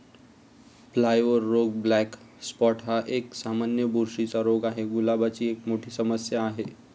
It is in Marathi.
फ्लॉवर रोग ब्लॅक स्पॉट हा एक, सामान्य बुरशीचा रोग आहे, गुलाबाची एक मोठी समस्या आहे